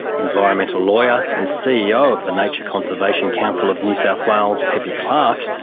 environmental lawyer and ceo of the nature conservation council of new south wales, pepe clarke,